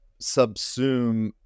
subsume